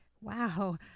Wow